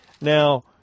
Now